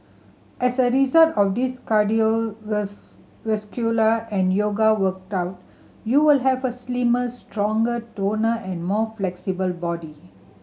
as a result of this and yoga workout you will have a slimmer stronger toner and more flexible body